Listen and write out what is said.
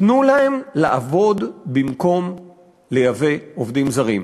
תנו להם לעבוד במקום לייבא עובדים זרים.